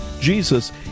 jesus